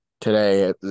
today